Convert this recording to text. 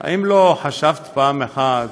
האם לא חשבת פעם אחת